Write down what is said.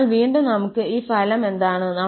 അതിനാൽ വീണ്ടും നമുക്ക് ഈ ഫലം എന്താണ്